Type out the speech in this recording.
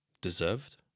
deserved